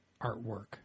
artwork